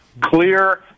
clear